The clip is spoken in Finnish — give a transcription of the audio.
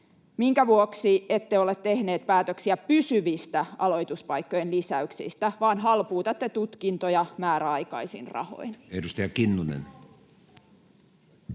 minkä vuoksi ette ole tehnyt päätöksiä pysyvistä aloituspaikkojen lisäyksistä vaan halpuutatte tutkintoja määräaikaisin rahoin? Edustaja Kinnunen.